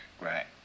right